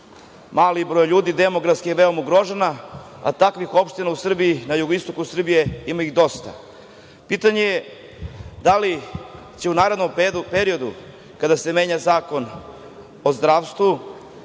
mali broj ljudi, demografski je veoma ugrožena, a takvih opština u Srbiji, na jugoistoku Srbije ima dosta. Pitanje je da li će u narednom periodu, kada se menja Zakon o zdravstvu,